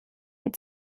die